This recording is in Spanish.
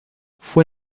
fue